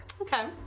Okay